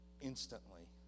instantly